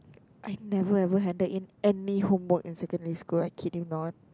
I never ever handled in any homework in secondary school I kid you not